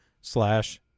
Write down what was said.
slash